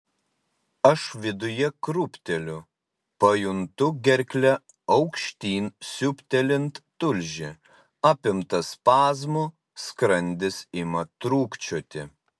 aš viduje krūpteliu pajuntu gerkle aukštyn siūbtelint tulžį apimtas spazmų skrandis ima trūkčioti